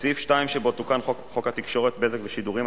בסעיף 2 שבו תוקן חוק התקשורת (בזק ושידורים),